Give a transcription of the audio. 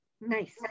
Nice